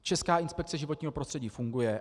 Česká inspekce životního prostředí funguje.